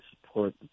support